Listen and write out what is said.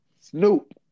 Snoop